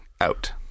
Out